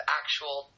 actual